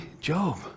Job